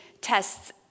tests